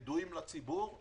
ידועים לציבור,